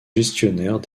gestionnaires